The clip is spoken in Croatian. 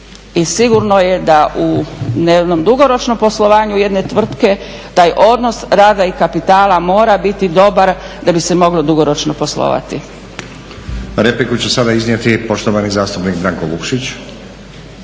sigurno je da u, na jednom dugoročnom poslovanju jedne tvrtke taj odnos rada i kapitala mora biti dobar da bi se moglo dugoročno poslovati. **Stazić, Nenad (SDP)** Repliku će sada iznijeti poštovani zastupnik Branko Vukšić.